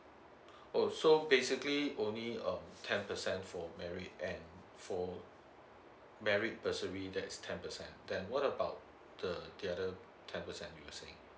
oh so basically only um ten percent for merit and for merit bursary that is ten percent then what about the the other ten percent you were saying